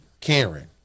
Karen